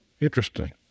Interesting